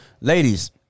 ladies